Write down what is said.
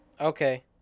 Okay